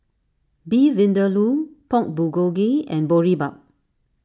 Beef Vindaloo Pork Bulgogi and Boribap